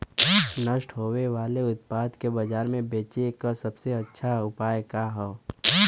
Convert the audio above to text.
नष्ट होवे वाले उतपाद के बाजार में बेचे क सबसे अच्छा उपाय का हो?